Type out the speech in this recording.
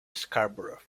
scarborough